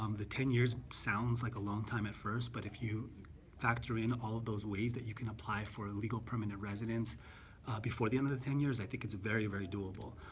um the ten years sounds like a long time at first but if you factor in all of those ways that you can apply for a legal permanent residence before the end of the ten years, i think it's very very doable.